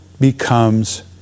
becomes